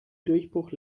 durchbruch